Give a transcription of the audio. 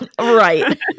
Right